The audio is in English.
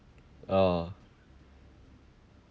oh